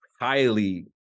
highly